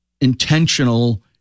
intentional